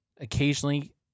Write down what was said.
occasionally